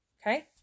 Okay